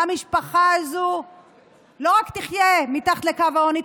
המשפחה הזו לא רק תחיה מתחת לקו העוני,